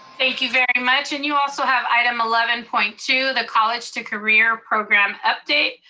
thank you very much. and you also have item eleven point two, the college to career program update.